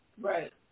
Right